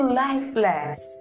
lifeless